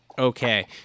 Okay